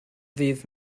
ddydd